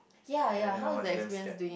and and I was damn scared